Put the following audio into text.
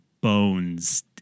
bones